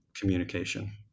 communication